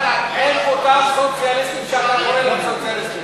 אין אותם סוציאליסטים שאתה קורא להם סוציאליסטים.